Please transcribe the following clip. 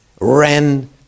ran